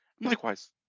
Likewise